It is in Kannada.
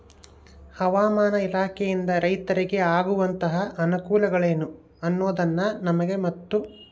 ಹವಾಮಾನ ಇಲಾಖೆಯಿಂದ ರೈತರಿಗೆ ಆಗುವಂತಹ ಅನುಕೂಲಗಳೇನು ಅನ್ನೋದನ್ನ ನಮಗೆ ಮತ್ತು?